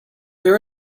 her